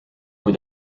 kui